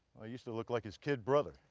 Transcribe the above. i used to look like his kid brother.